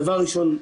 דבר ראשון,